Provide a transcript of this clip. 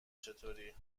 چطوری